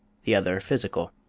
the other physical.